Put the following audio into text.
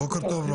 בוקר טוב.